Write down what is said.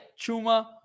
Chuma